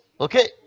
Okay